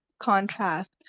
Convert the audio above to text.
contrast